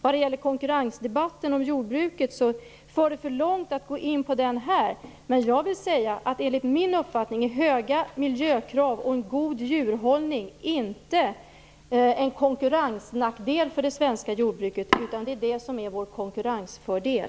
När det gäller konkurrensdebatten om jordbruket för det för långt att gå in på den här. Men jag vill säga att enligt min uppfattning är höga miljökrav och en god djurhållning inte en konkurrensnackdel för det svenska jordbruket utan det är det som är vår konkurrensfördel.